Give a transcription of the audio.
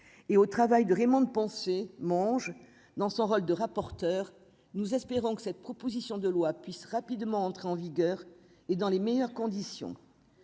et au travail de Raymond. Pensez Monge dans son rôle de rapporteur, nous espérons que cette proposition de loi puisse rapidement entrer en vigueur et dans les meilleures conditions,